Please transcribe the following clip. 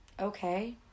okay